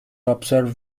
observe